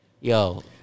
yo